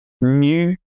new